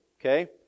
okay